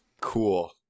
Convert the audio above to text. Cool